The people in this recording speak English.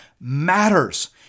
matters